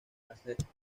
ancestros